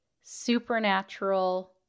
supernatural